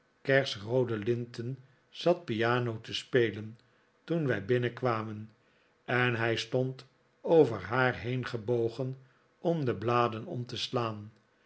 kersroode linten zat piano te spelen toen wij binnenkwamen en hij stond over haar heengebogen om de bladen om te slaan